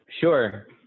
Sure